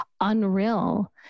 unreal